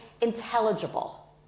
intelligible